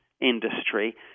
industry